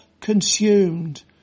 consumed